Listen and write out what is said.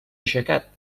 aixecat